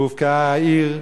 והובקעה העיר,